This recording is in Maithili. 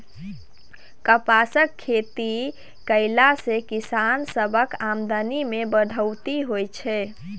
कपासक खेती कएला से किसान सबक आमदनी में बढ़ोत्तरी होएत छै